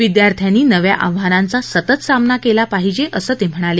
विद्यार्थ्यानी नव्या आव्हानांचा सतत सामना केला पाहिजे असंही ते म्हणाले